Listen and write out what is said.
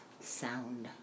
sound